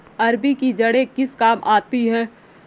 अरबी की जड़ें किस काम आती हैं?